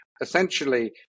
essentially